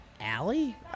Allie